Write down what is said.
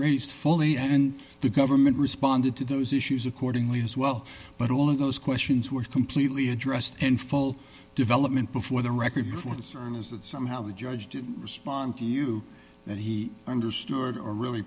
raised fully and the government responded to those issues accordingly as well but all of those questions were completely addressed in full development before the record before this is that somehow a judge to respond to you that he understood or really